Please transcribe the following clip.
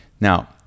Now